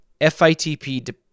FITP